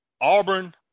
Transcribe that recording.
Auburn